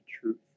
truth